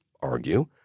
argue